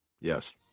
yes